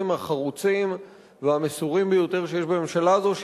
החרוצים והמסורים ביותר שיש בממשלה הזו,